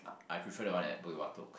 I prefer that one at Bukit-Batok